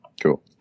Cool